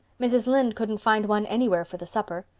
mrs. lynde couldn't find one anywhere for the supper.